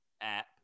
app